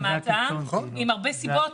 ויש לכך הרבה סיבות.